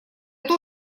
кто